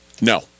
No